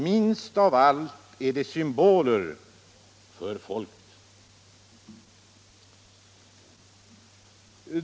Minst av allt är de symboler för folket.